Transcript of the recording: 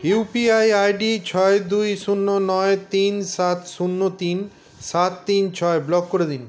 UPI ID ছয় দুই শূন্য নয় তিন সাত শূন্য তিন সাত তিন ছয় ব্লক করে দিন